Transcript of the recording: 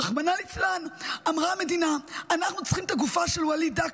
רחמנא ליצלן: אנחנו צריכים את הגופה של וליד דקה